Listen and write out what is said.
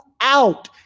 out